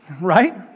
right